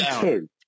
two